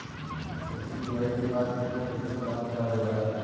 सब्जी तुराई के बाद केतना प्रतिशत भाग खराब हो जाला?